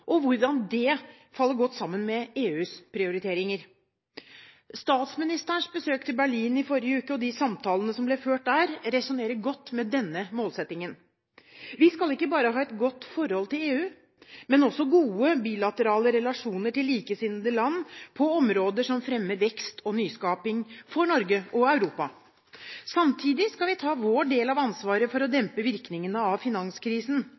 og hvordan det faller godt sammen med EUs prioriteringer. Statsministerens besøk til Berlin i forrige uke og de samtalene som ble ført der, samsvarer godt med denne målsettingen. Vi skal ikke bare ha et godt forhold til EU, men også gode bilaterale relasjoner til likesinnede land på områder som fremmer vekst og nyskaping for Norge og Europa. Samtidig skal vi ta vår del av ansvaret for å dempe virkningene av finanskrisen,